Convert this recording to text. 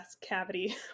cavity